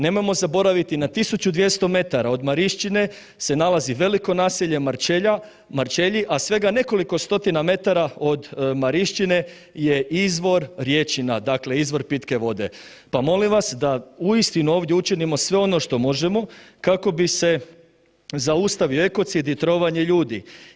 Nemojmo zaboraviti na 1200 metara od Marišćine se nalazi veliko naselje Marčelji, a svega nekoliko stotina metara od Marišćine je izvor rječina, dakle izvor pitke vode, pa molim vas da uistinu ovdje učinimo sve ono što možemo kako bi se zaustavio ekocid i trovanje ljudi.